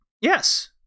Yes